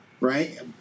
right